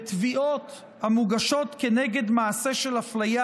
בתביעות המוגשות כנגד מעשה של אפליה